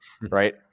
right